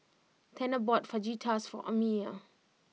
Tanner bought Fajitas for Amiya